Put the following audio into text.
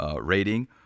rating